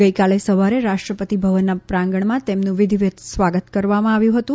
ગઇકાલે સવારે રાષ્ટ્રપતિ ભવનના પ્રાંગણમાં તેમનું વિધિવત સ્વાગત કરવામાં આવ્યું હતું